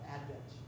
Advent